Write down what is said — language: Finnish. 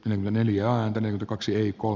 nämä neljä on tänään kaksiviikko